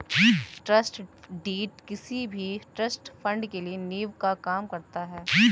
trust deed किसी भी trust fund के लिए नीव का काम करता है